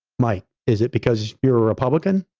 mike, is it because you're a republican?